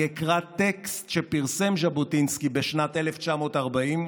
אני אקרא טקסט שפרסם ז'בוטינסקי בשנת 1940,